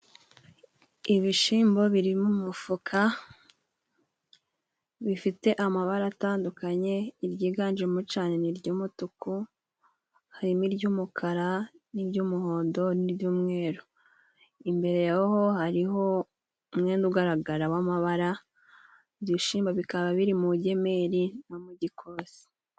Ibishimbo biri mu mufuka bifite amabara atandukanye, iryiganjemo cane ni iry'umutuku harimo iry'umukara n'iry'umuhondo n'iry'umweru, imbere yaho hariho umwenda ugaragara w'amabara, ibishimbo bikaba biri mu bugemeri no mu gikosi.